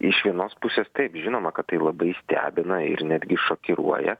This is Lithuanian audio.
iš vienos pusės taip žinoma kad tai labai stebina ir netgi šokiruoja